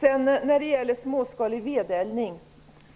Utredningen om småskalig vedeldning